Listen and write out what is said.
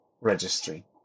registry